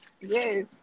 yes